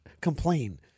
complain